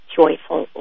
joyful